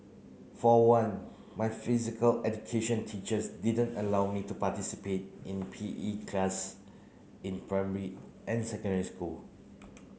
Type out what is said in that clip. for one my physical education teachers didn't allow me to participate in P E class in primary and secondary school